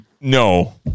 No